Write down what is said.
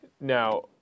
Now